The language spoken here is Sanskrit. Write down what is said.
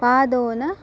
पादोन